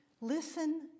Listen